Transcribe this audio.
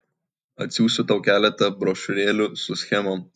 atsiųsiu tau keletą brošiūrėlių su schemom